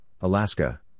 Alaska